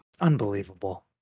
unbelievable